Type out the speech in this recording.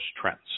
trends